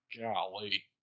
Golly